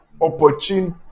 opportunity